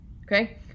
okay